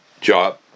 job